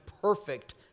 perfect